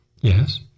Yes